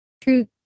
true